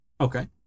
Okay